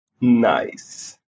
Nice